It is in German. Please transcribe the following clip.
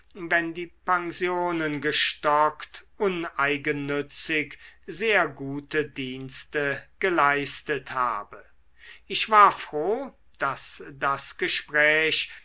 wenn die pensionen gestockt uneigennützig sehr gute dienste geleistet habe ich war froh daß das gespräch